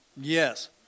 Yes